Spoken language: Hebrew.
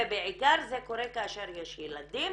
ובעיקר זה קורה כשיש ילדים,